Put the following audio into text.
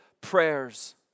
prayers